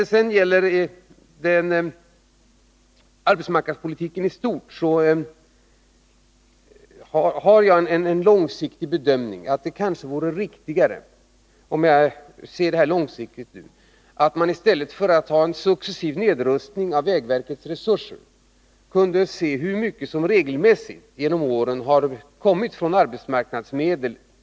Beträffande arbetsmarknadspolitiken i stort är min långsiktiga bedömning att det kanske vore riktigare att man i stället för att successivt minska vägverkets resurser skulle undersöka hur mycket pengar som regelmässigt genom åren har gått till vägbyggen i form av arbetsmarknadsmedel.